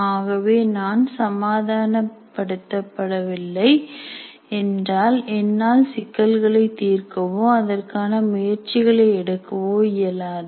ஆகவே நான் சமாதான படுத்தப்படவில்லை என்றால் என்னால் சிக்கல்களை தீர்க்கவோ அதற்கான முயற்சிகள் எடுக்கவோ இயலாது